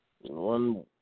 one